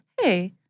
hey